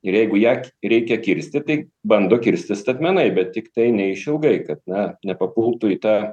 ir jeigu ją reikia kirsti tai bando kirsti statmenai bet tiktai ne išilgai kad na nepapultų į tą